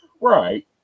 Right